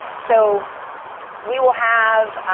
so we will have